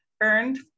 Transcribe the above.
earned